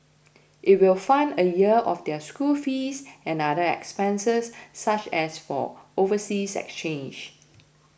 it will fund a year of their school fees and other expenses such as for overseas exchanges